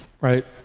Right